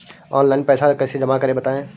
Online पैसा कैसे जमा करें बताएँ?